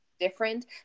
different